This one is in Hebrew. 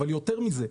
אבל יותר מזה.